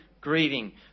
grieving